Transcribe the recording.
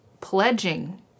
pledging